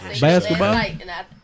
Basketball